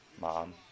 Mom